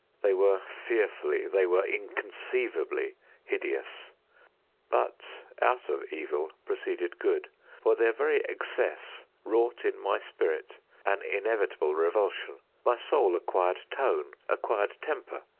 they were fearfully they were inconceivably hideous but out of evil proceeded good for their very excess wrought in my spirit an inevitable revulsion. my soul acquired tone acquired temper.